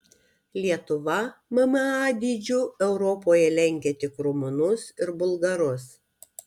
lietuva mma dydžiu europoje lenkia tik rumunus ir bulgarus